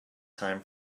time